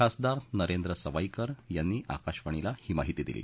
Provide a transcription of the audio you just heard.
खासदार नरेंद्र सवाईकर यांनी आकाशवाणीला ही माहिती दिली